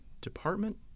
department